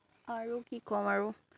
আৰু কি ক'ম আৰু